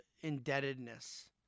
indebtedness